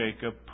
Jacob